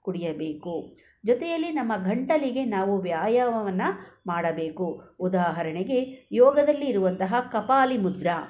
ಕುಡಿಯಬೇಕು ಜೊತೆಯಲ್ಲಿ ನಮ್ಮ ಗಂಟಿಲಿಗೆ ನಾವು ವ್ಯಾಯಾಮವನ್ನು ಮಾಡಬೇಕು ಉದಾಹರಣೆಗೆ ಯೋಗದಲ್ಲಿರುವಂತಹ ಕಪಾಲಿ ಮುದ್ರೆ